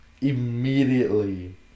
immediately